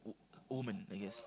wo~ woman I guess